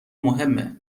مهمه